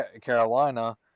Carolina